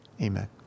amen